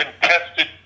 contested